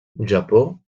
japó